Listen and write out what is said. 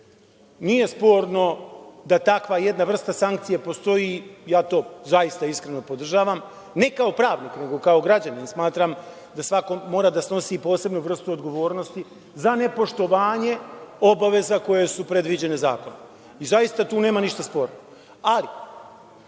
sporno da takva jedna vrsta sankcije postoji i ja to zaista iskreno podržavam, ne kao pravnik nego kao građanin, jer smatram da svako mora da snosi posebnu vrstu odgovornosti za nepoštovanje obaveza koje su predviđene zakonom. Zaista tu nema ništa sporno. Ali,